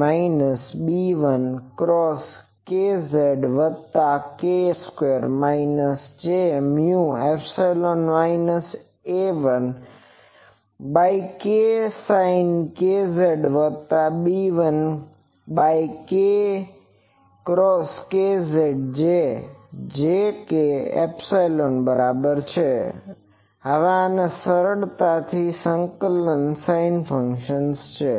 minus B1 cos kz વત્તા K square minus j mu epsilon minus A1 by k sine kz વત્તા B1 by k cos kz જે j k epsilon બરાબર હશે આ સરળ સંકલન સાઇન ફંક્શન્સ છે